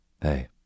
Hey